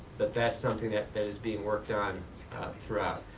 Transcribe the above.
but that's something that that is being worked on throughout.